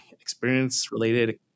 experience-related